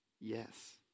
Yes